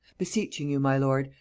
beseeching you, my lord,